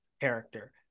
character